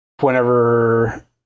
whenever